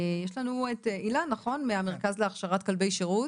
יש לנו את אילן מהמרכז להכשרת כלבי שירות.